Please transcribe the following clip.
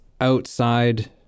outside